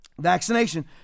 vaccination